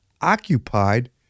occupied